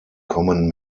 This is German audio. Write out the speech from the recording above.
kommen